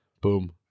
Boom